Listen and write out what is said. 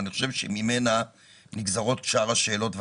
ואני חושב שממנה נגזרות שאר השאלות והתהיות,